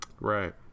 Right